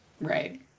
Right